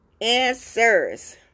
Answers